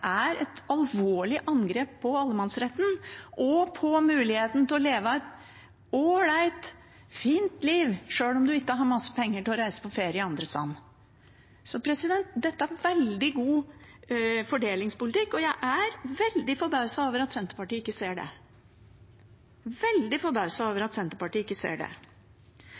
er et alvorlig angrep på allemannsretten og på muligheten til å leve et ålreit, fint liv sjøl om man ikke har masse penger til å reise på ferie andre steder. Dette er en veldig god fordelingspolitikk, og jeg er veldig forbauset over at Senterpartiet ikke ser det – veldig forbauset over at Senterpartiet ikke ser det.